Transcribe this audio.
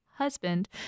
Husband